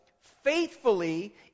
faithfully